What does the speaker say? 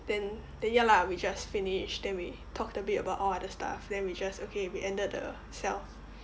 then then ya lah we just finished then we talked a bit about all other stuff then we just okay we ended the cell